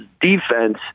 defense